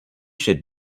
should